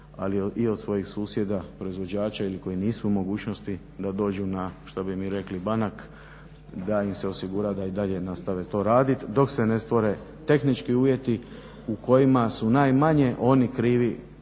ali i od svojih susjeda proizvođača ili koji nisu u mogućnosti da dođu na, što bi mi rekli banak da im se osigura da i dalje nastave to raditi dok se ne stvore tehnički uvjeti u kojima su najmanje oni krivi